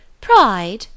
Pride